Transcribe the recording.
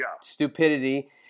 Stupidity